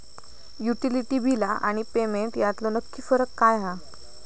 Utility बिला आणि payment यातलो नक्की फरक काय हा?